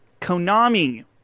Konami